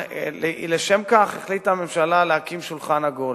לשם כך החליטה הממשלה להקים שולחן עגול